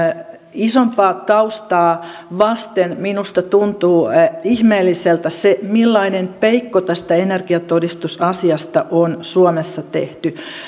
isompaa taustaa vasten minusta tuntuu ihmeelliseltä se millainen peikko tästä energiatodistusasiasta on suomessa tehty